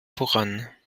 voran